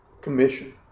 commission